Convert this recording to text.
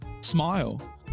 smile